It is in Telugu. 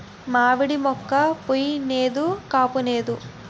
మావిడి మోక్క పుయ్ నేదు కాపూనేదు